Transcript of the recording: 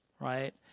right